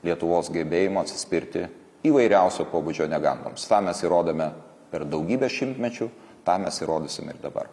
lietuvos gebėjimu atsispirti įvairiausio pobūdžio negandoms tą mes įrodėme per daugybę šimtmečių tą mes įrodysime ir dabar